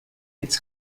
its